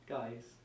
Guys